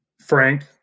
frank